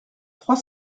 trois